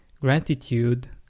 gratitude